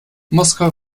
moskau